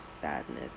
sadness